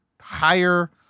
higher